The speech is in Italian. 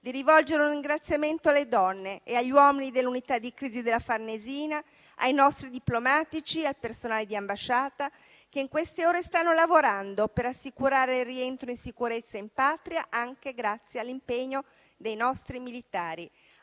di rivolgere un ringraziamento alle donne e agli uomini dell'unità di crisi della Farnesina, ai nostri diplomatici e al personale di ambasciata che in queste ore stanno lavorando per assicurare il rientro in sicurezza in patria, anche grazie all'impegno dei nostri militari.